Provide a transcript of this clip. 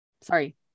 Sorry